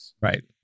Right